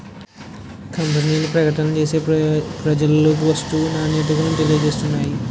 కంపెనీలు ప్రకటనలు చేసి ప్రజలలోకి వస్తువు నాణ్యతను తెలియజేస్తున్నాయి